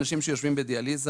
האנשים שיושבים בדיאליזה,